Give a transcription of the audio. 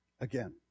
again